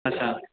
अच्छा